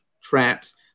traps